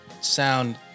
sound